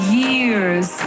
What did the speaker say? years